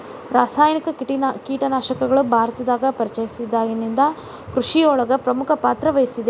ರಾಸಾಯನಿಕ ಕೇಟನಾಶಕಗಳು ಭಾರತದಾಗ ಪರಿಚಯಸಿದಾಗನಿಂದ್ ಕೃಷಿಯೊಳಗ್ ಪ್ರಮುಖ ಪಾತ್ರವಹಿಸಿದೆ